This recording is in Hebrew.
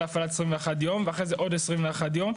להפעלת 21 יום ואחרי זה עוד 21 יום,